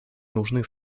нужны